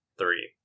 three